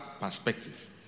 perspective